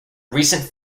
recent